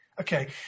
Okay